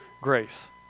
grace